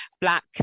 black